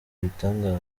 ibitangaza